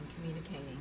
communicating